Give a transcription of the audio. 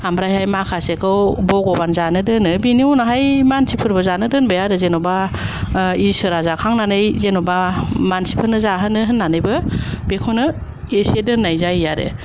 आमफ्रायहाय माखासेखौ भगबान जानो दोनो बेनि उनावहाय मानसिफोरबो जानो दोनबाय आरो जेन'बा इसोरा जाखांनानै जेन'बा मानसिफोरनो जाहोनो बेखौनो एसे दोननाय जायो आरो